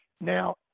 Now